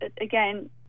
again